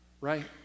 right